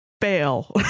fail